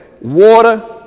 water